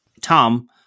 tom